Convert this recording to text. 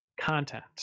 content